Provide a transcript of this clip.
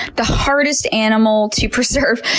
the hardest animal to preserve,